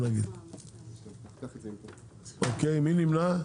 מי נמנע?